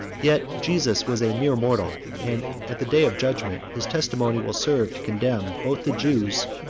yet jesus was a mere mortal and, at the day of judgment, his testimony will serve to condemn both the jews,